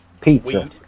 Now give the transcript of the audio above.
Pizza